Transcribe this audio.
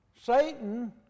Satan